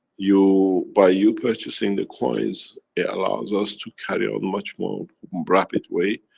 you, by you purchasing the coins, it allows us to carry on much more rapid way.